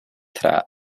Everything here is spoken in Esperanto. tra